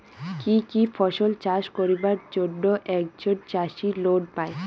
কি কি ফসল চাষ করিবার জন্যে একজন চাষী লোন পায়?